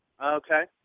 Okay